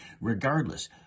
Regardless